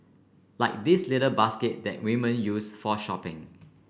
like these little basket that women use for shopping